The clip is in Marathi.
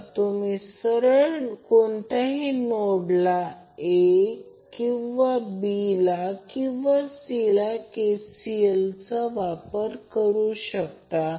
बाकी सारखेच आहे म्हणून ही सर्किट आकृती आहे आणि सर्व पोलारीटी इन्स्टंटेनियस पोलारीटी आहे म्हणून मी ते कसे चिन्हांकित करायचे ते सांगितले